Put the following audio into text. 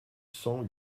cent